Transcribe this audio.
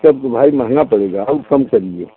तब तो भाई महँगा पड़ेगा और कम करिए